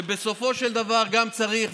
ובסופו של דבר גם צריך,